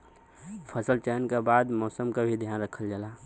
फसल चयन के बाद मौसम क भी ध्यान रखल जाला